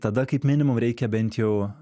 tada kaip minimum reikia bent jau